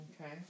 okay